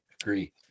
agree